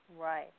Right